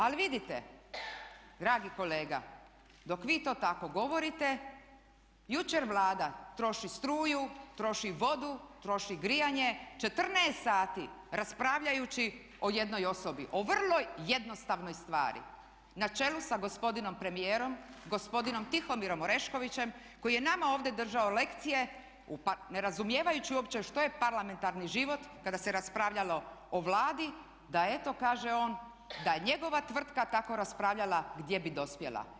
Ali vidite dragi kolega dok vi to tako govorite jučer Vlada troši struju, troši vodu, troši grijanje 14 sati raspravljajući o jednoj osobi, o vrlo jednostavnoj stvari na čelu sa gospodinom premijerom, gospodinom Tihomirom Oreškovićem koji je nama ovdje držao lekcije ne razumijevajući uopće što je parlamentarni život kada se raspravljalo o Vladi, da to kaže on da je njegova tvrtka tako raspravljala gdje bi dospjela.